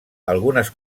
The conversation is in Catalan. algunes